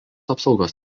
apsaugos